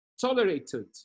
tolerated